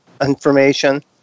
information